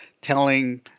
telling